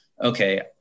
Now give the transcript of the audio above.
okay